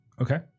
Okay